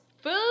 Food